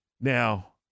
Now